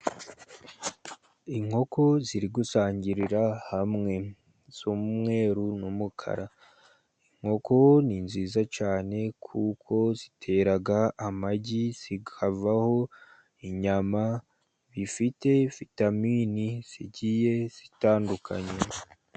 Inkoko ziri gusangirira hamwe z'umweru n'umukara. Inkoko ni nziza cyane, kuko zitera amagi, zikavaho inyama zifite vitaminini zigiye zitandukanye.